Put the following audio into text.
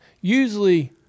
usually